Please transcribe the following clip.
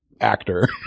actor